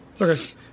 okay